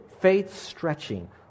faith-stretching